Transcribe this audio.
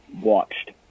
watched